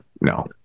no